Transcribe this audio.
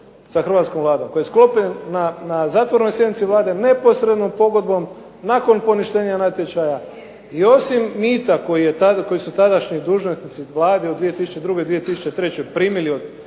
sa Hrvatskom vladom. Koji je sklopljen na zatvorenoj sjednici Vlade neposredno pogodbom, nakon poništenja natječaja i osim mita koji su tadašnji dužnosnici Vlade od 2002. i 2003. primili od